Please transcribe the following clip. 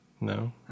No